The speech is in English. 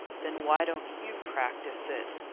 then why don't you practice it?